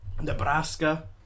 Nebraska